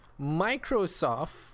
Microsoft